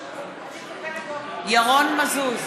נגד ירון מזוז,